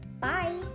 Bye